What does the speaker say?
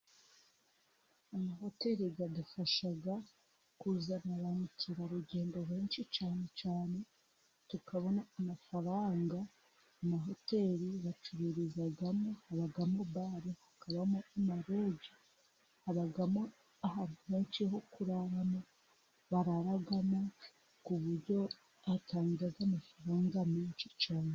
Amahoteli adufasha kuzana ba mukerarugendo benshi cyane cyane tukabona amafaranga, amahoteli bacururizamo habamo bale, hakabamo amaroji, habamo ahantu heshi ho kuraramo bararamo, ku buryo batanga amafaranga menshi cyane.